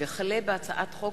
הצעת חוק